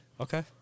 okay